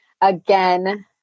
again